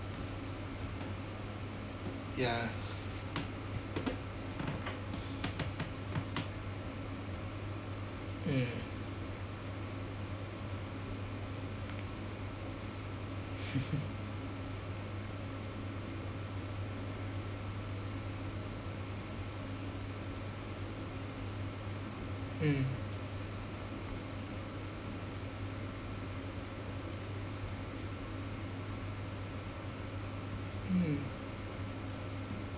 ya mm mm mm